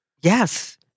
Yes